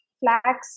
flax